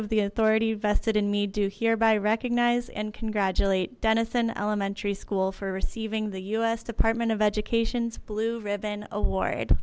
of the authority vested in me due here by recognize and congratulate denison elementary school for receiving the u s department of education's blue ribbon award